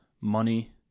money